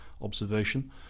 observation